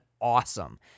awesome